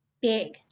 big